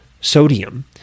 sodium